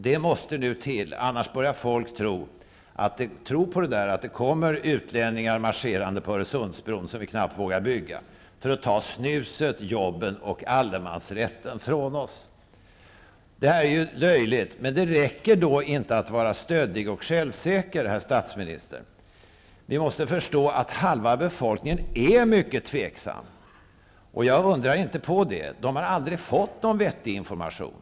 Det måste nu till; annars kommer folk att börja tro på att det kommer utlänningar marscherande på Öresundsbron, som vi knappt vågar bygga, för att ta snuset, jobben och allemansrätten från oss. Detta är löjligt, men det räcker inte med att vara stöddig och självsäker, herr statsminister. Vi måste förstå att halva befolkningen är mycket tveksam. Jag undrar inte på det. Folk har inte fått någon vettig information.